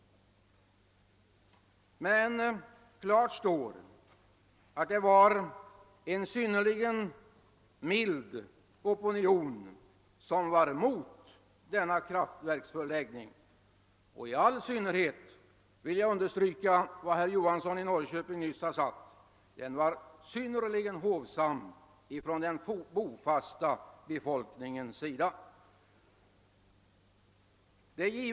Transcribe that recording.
Men klart står att det var en synnerligen mild opinion, som motsatte sig denna kraftverksförläggning, och i all synnerhet — jag vill understryka vad herr Johansson i Norrköping nyss har sagt — var den synnerligen hovsam från den bofasta befolkningens sida.